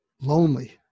lonely